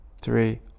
three